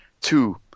Two